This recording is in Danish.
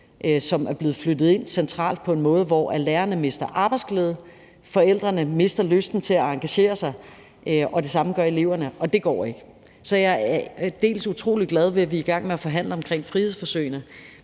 som er blevet flyttet ind centralt på en måde, hvor lærerne mister arbejdsglæde, forældrene mister lysten til at engagere sig, det samme gør eleverne, og det går ikke. Kl. 13:58 Så jeg er til dels utrolig glad ved, at vi er i gang med at forhandle omkring frihedsforsøgene,